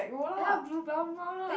ya blue brown brown ah